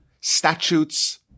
statutes